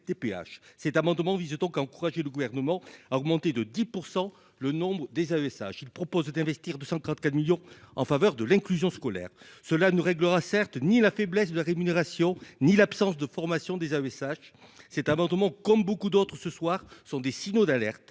cet amendement vise donc encourageait le gouvernement a augmenté de 10 % le nombre des avait sage, il propose d'investir de 134 millions en faveur de l'inclusion scolaire, cela ne réglera certes ni la faiblesse de rémunération, ni l'absence de formation des AESH cet amendement comme beaucoup d'autres, ce soir, ce sont des signaux d'alerte